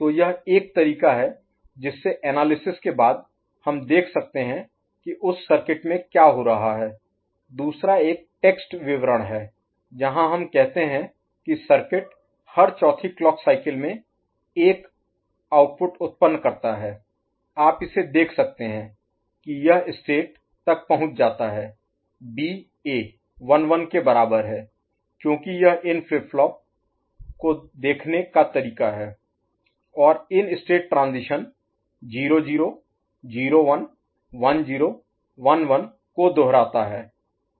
तो यह एक तरीका है जिससे एनालिसिस के बाद हम देख सकते हैं कि उस सर्किट में क्या हो रहा है दूसरा एक टेक्स्ट विवरण है जहां हम कहते हैं कि सर्किट हर चौथी क्लॉक साइकिल में एक आउटपुट उत्पन्न करता है आप इसे देख सकते हैं की यह स्टेट तक पहुँच जाता है बी ए 1 1 के बराबर है क्योंकि यह इन फ्लिप फ्लॉप को देखने का तरीका है और इन स्टेट ट्रांजीशन 0 0 0 1 1 0 1 1 को दोहराता है